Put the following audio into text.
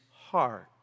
heart